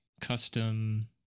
custom